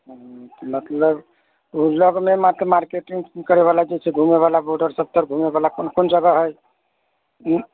मतलब ओसब नहि मतलब मार्केटिङ्ग करैवलाके जइसे घुमैवला बाॅडरपर घुमैवला कोन कोन जगह हइ उँ